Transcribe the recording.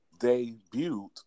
Debuted